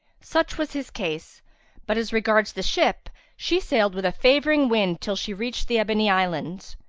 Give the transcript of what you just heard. such was his case but as regards the ship she sailed with a favouring wind till she reached the ebony islands.